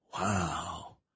wow